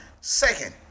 Second